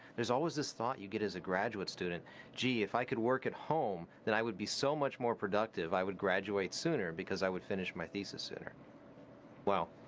there's always a this thought you get as a graduate student gee. if i could work at home! then i would be so much more productive, i would graduate sooner because i would finish my thesis sooner well,